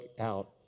out